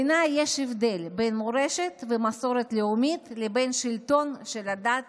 בעיניי יש הבדל בין מורשת ומסורת לאומית לבין שלטון של הדת